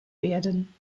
werden